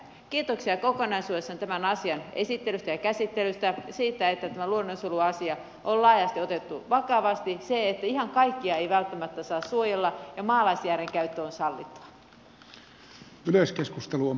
kiitoksia kokonaisuudessaan tämän asian esittelystä ja käsittelystä siitä että tämä luonnonsuojeluasia on laajasti otettu vakavasti siitä että ihan kaikkia ei välttämättä saa suojella ja maalaisjärjen käyttö on sallittua